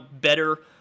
better